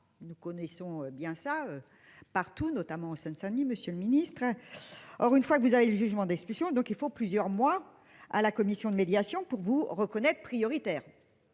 nous connaissons bien ça. Partout, notamment en Seine-Saint-Denis. Monsieur le Ministre, hein. Or une fois que vous avez le jugement d'expulsion. Donc il faut plusieurs mois à la commission de médiation pour vous reconnaître prioritaire.